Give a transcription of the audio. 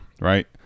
right